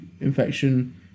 infection